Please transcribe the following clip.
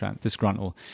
disgruntled